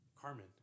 Carmen